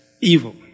evil